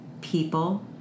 people